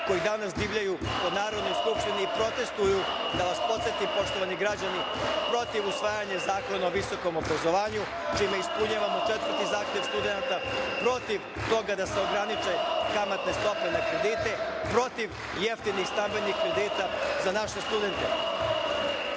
koji danas divljaju po Narodnoj skupštini i protestuju, da vas podsetim, poštovani građani, protiv usvajanja Zakona o visokom obrazovanju, čime ispunjavamo četvrti zahtev studenata, protiv toga da se ograniče kamatne stope na kredite, protiv jeftinih stambenih kredita za naše studente. Ono